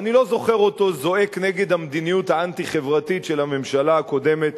אבל אני לא זוכר אותו זועק נגד המדיניות האנטי-חברתית של הממשלה הקודמת